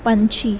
ਪੰਛੀ